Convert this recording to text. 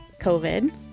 COVID